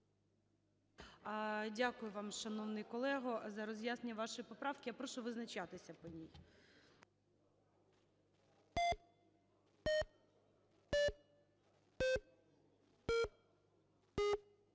Дякую вам, шановний колего, за роз'яснення вашої поправки. Я прошу визначатися по ній.